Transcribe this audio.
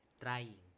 trying